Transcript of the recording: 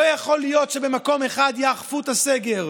לא יכול להיות שבמקום אחד יאכפו את הסגר,